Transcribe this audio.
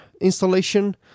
installation